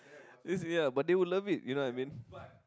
this yeah but they will love it you know I mean